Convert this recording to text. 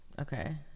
Okay